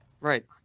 Right